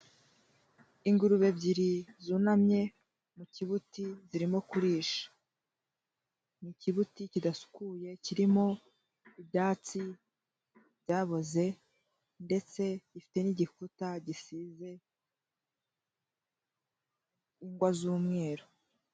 Ingurube ebyiri zunamye mu kibuti zirimo kurisha. Ni ikibuti kidasukuye, kirimo ibyatsi byaboze ndetse gifite n'igikuta gisize ingwa z'umweru.